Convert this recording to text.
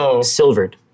silvered